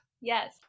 Yes